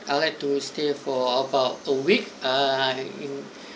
I would like to stay for about a week uh